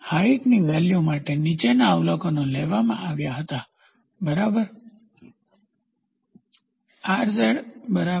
હાઇટના value માટે નીચેના અવલોકનો લેવામાં આવ્યા હતા બરાબર